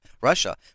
russia